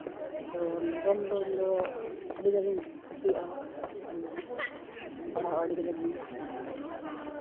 ᱟᱫᱚ ᱱᱟᱜᱟᱢ ᱫᱚ ᱤᱧᱫᱚ ᱟᱹᱰᱤ ᱠᱟᱡᱟᱠ ᱤᱧ ᱠᱩᱥᱤᱭᱟᱜᱼᱟ ᱟᱨᱤᱧ ᱯᱟᱲᱦᱟᱜᱼᱟ ᱟᱹᱰᱤ ᱠᱟᱡᱟᱠ ᱜᱮ